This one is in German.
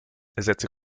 ersetze